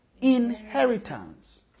inheritance